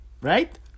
Right